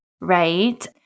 right